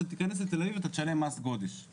אתה תיכנס לתל אביב ותשלם מס גודש.